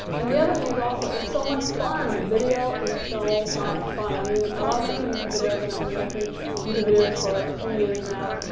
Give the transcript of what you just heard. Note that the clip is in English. and the other thing is it's so much fun. video is so much fun. i mean, i love making youtube videos and i've been making youtube videos for a few years now.